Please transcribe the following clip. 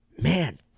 man